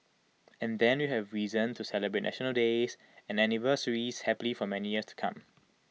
and then we'll have reason to celebrate national days and anniversaries happily for many years to come